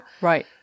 Right